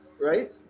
right